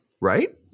Right